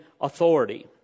authority